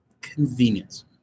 convenience